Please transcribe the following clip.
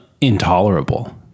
intolerable